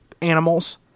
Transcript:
animals